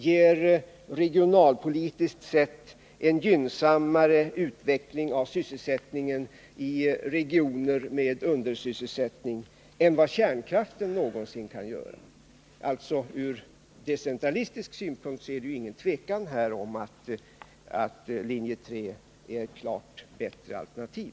De ger en gynnsammare utveckling av sysselsättningen i regioner med undersysselsättning än vad kärnkraften någonsin kan göra. Ur decentralistisk synpunkt är det alltså ingen tvekan om att linje 3 är ett klart bättre alternativ.